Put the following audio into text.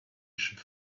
should